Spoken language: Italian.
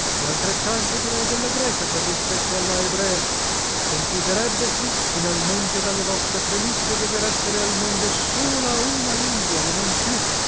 e altrettanto direi della greca per rispetto alla ebrea concluderebbesi finalmente dalle vostre premisse dover essere al mondo sola una lingua e non più